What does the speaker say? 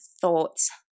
thoughts